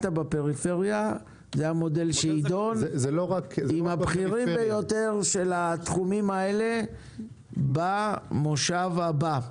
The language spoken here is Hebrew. זה המודל שיידון עם הבכירים ביותר של התחומים האלה במושב הבא.